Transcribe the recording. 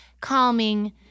calming